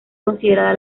considerada